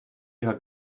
ihrer